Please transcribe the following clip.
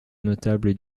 notables